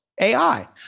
AI